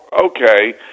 okay